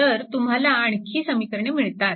तर तुम्हाला आणखी समीकरणे मिळतात